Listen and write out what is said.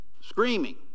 screaming